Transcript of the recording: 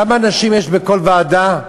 כמה נשים יש בכל ועדה?